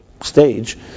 stage